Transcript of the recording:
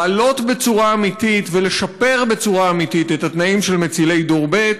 להעלות בצורה אמיתית ולשפר בצורה אמיתית את התנאים של מצילי דור ב',